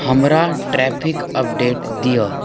हमरा traffic update दिअ